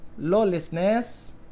lawlessness